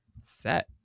set